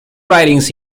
writings